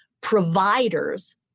providers